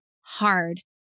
hard